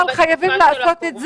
אבל חייבים לעשות את זה.